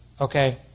Okay